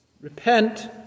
Repent